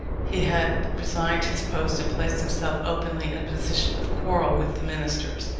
he had resigned his post, and placed himself openly in a position of quarrel with the ministers.